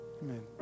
Amen